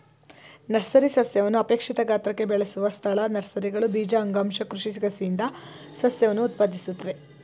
nursery ಸಸ್ಯವನ್ನು ಅಪೇಕ್ಷಿತ ಗಾತ್ರಕ್ಕೆ ಬೆಳೆಸುವ ಸ್ಥಳ ನರ್ಸರಿಗಳು ಬೀಜ ಅಂಗಾಂಶ ಕೃಷಿ ಕಸಿಯಿಂದ ಸಸ್ಯವನ್ನು ಉತ್ಪಾದಿಸುತ್ವೆ